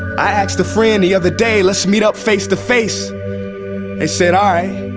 i asked the friend the other, day let's meet up face-to-face they, said i